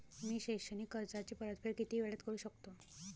मी शैक्षणिक कर्जाची परतफेड किती वेळात करू शकतो